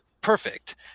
perfect